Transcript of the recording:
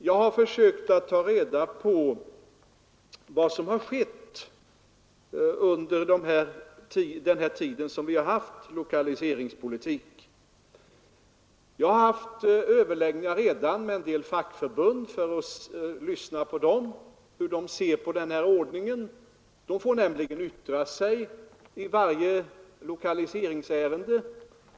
Jag har försökt ta reda på vad som skett under den tid vi fört lokaliseringspolitik och har redan haft överläggningar med en del fackförbund för att höra hur de ser på denna ordning. De får nämligen yttra sig i varje lokaliseringsärende.